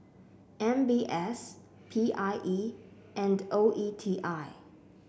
M B S P I E and O E T I